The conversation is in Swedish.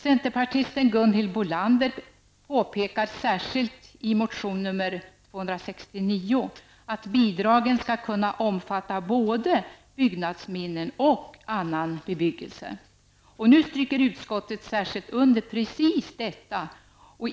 Centerpartisten att bidragen skall kunna omfatta både byggnadsminnen och annan bebyggelse. Nu stryker utskottet särskilt under precis detta.